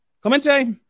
Clemente